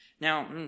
Now